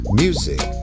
music